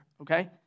okay